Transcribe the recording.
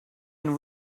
and